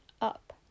up